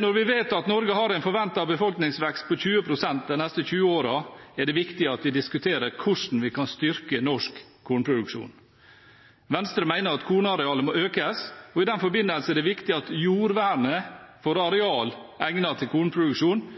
Når vi vet at Norge har en forventet befolkningsvekst på 20 pst. de neste 20 årene, er det viktig at vi diskuterer hvordan vi kan styrke norsk kornproduksjon. Venstre mener at kornarealet må økes, og i den forbindelse er det viktig at jordvernet for areal egnet til kornproduksjon